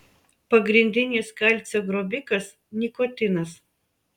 pagrindinis kalcio grobikas nikotinas